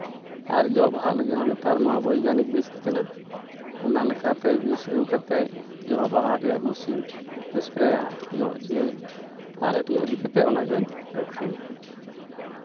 ᱟᱨ ᱡᱚ ᱵᱟᱦᱟᱜ ᱞᱟᱹᱜᱤᱫ ᱢᱟ ᱱᱮᱛᱟᱨ ᱢᱟ ᱵᱳᱭᱜᱟᱱᱤᱠ ᱵᱷᱤᱛᱛᱤ ᱠᱟᱱᱟ ᱚᱱᱟ ᱞᱮᱠᱟᱛᱮ ᱵᱟᱹᱭᱥᱟᱹᱣ ᱠᱟᱛᱮᱫ ᱡᱚᱼᱵᱟᱦᱟᱜ ᱨᱮᱭᱟᱜ ᱵᱤᱥᱤᱧ ᱥᱯᱨᱮᱹᱭᱟᱜᱼᱟ ᱡᱚ ᱦᱚᱪᱚᱭᱟᱹᱧ ᱟᱨ ᱦᱟᱹᱴᱭᱟᱹ ᱨᱮ ᱤᱫᱤ ᱠᱟᱛᱮᱫ ᱚᱱᱟ ᱡᱚᱧ ᱟ ᱠᱷᱨᱤᱧᱟ